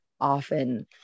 often